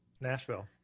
Nashville